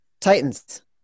Titans